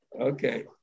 Okay